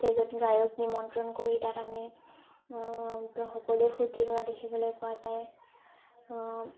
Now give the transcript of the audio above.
ষ্টেজত গায়ক নিমন্ত্ৰণ কৰি তাত আমি সকলোৱে ফুৰ্তি কৰা দেখিবলৈ পোৱা যায়